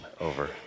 over